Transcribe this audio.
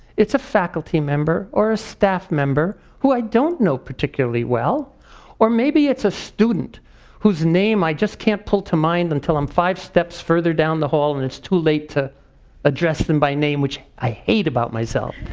it's a faculty member or a staff member who i don't know particularly well or maybe it's a student whose name i just can't pull to mind until i'm five steps further down the hall and it's too late to address them by name, which i hate about myself.